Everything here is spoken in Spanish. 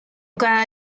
cada